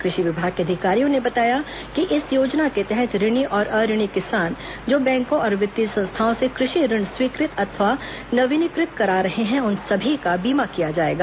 कृषि विभाग के अधिकारियों ने बताया कि इस योजना के तहत ऋणी और अऋणी किसान जो बैंकों और वित्तीय संस्थाओं से कृषि ऋण स्वीकृत अथवा नवीनीकृत करा रहे हैं उन सभी का बीमा किया जाएगा